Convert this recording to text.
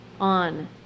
on